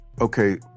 Okay